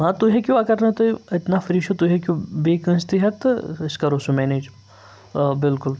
آ تُہۍ ہیٚکِو اگر نہٕ تُہۍ اَتہِ نَفری چھُو تُہۍ ہیٚکِو بیٚیہِ کٲنٛسہِ تہِ ہٮ۪تھ تہٕ أسۍ کَرو سُہ مٮ۪نیج آ بِلکُل